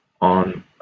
on